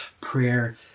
prayer